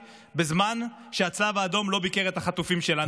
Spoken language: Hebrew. בזמן שהצלב האדום לא ביקר את החטופים שלנו.